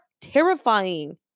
terrifying